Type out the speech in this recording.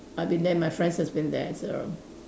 I've been there my friends has been there as well